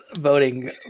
voting